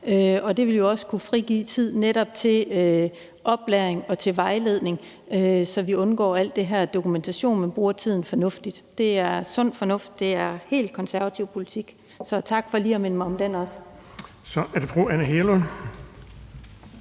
om. Det vil jo også netop kunne frigive tid til oplæring og vejledning, så vi undgår al den her dokumentation, men bruger tiden fornuftigt. Det er sund fornuft, det er fuldt og helt konservativ politik, så tak for også lige at minde mig om den. Kl. 18:23 Den fg. formand